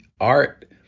art